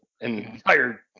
entire